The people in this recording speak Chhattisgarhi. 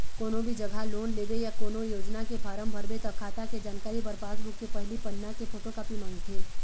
कोनो भी जघा लोन लेबे या कोनो योजना के फारम भरबे त खाता के जानकारी बर पासबूक के पहिली पन्ना के फोटोकापी मांगथे